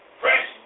fresh